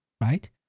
right